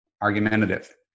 argumentative